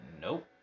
nope